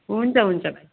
हुन्छ हुन्छ